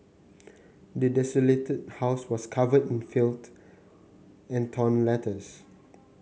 the desolated house was covered in filth and torn letters